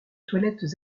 toilettes